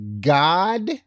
God